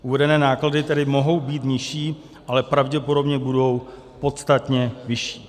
Uvedené náklady tedy mohou být nižší, ale pravděpodobně budou podstatně vyšší.